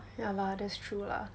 yeah lah that's true lah